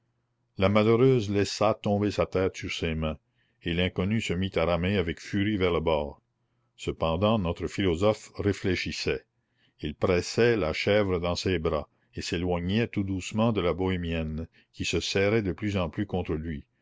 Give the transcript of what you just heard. la malheureuse laissa tomber sa tête sur ses mains et l'inconnu se mit à ramer avec furie vers le bord cependant notre philosophe réfléchissait il pressait la chèvre dans ses bras et s'éloignait tout doucement de la bohémienne qui se serrait de plus en plus contre lui